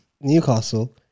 Newcastle